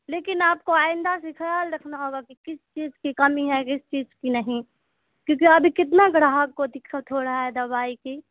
لیکن آپ کو آئندہ سے خیال رکھنا ہوگا کہ کس چیز کی کمی ہے کس چیز کی نہیں کیونکہ ابھی کتنا گراہک کو دقت ہو ڑہا ہے دوائی کی